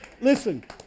listen